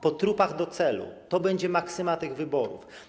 Po trupach do celu - to będzie maksyma tych wyborów.